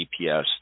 GPS